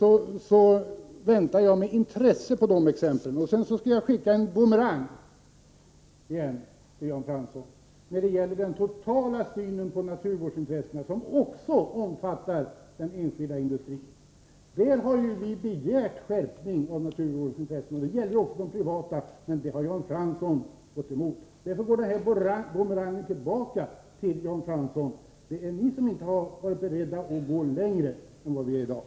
Jag väntar med intresse på exempel. Jag skall sedan skicka en bumerang till Jan Fransson. Det gäller den totala synen på naturvårdsintressena, som också omfattar den enskilda industrin. Där har vi begärt en skärpning. Det gäller också det privata området, men detta har Jan Fransson gått emot. Därför går bumerangen nu tillbaka till Jan Fransson. Det är ni som inte har varit beredda att gå längre än vi i dag har kommit.